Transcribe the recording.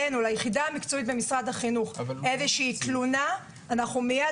ליחידה המקצועית במשרד החינוך איזושהי תלונה אנחנו מיד